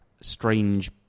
strange